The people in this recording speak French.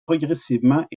progressivement